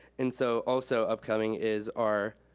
and so, also upcoming is our